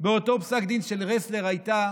באותו פסק דין של רסלר הייתה